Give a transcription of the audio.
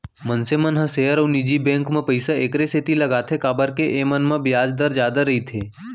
मनसे मन ह सेयर अउ निजी बेंक म पइसा एकरे सेती लगाथें काबर के एमन म बियाज दर जादा रइथे